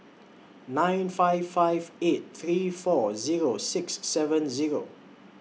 nine five five eight three four Zero six seven Zero